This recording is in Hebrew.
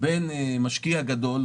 בין משקיע גדול,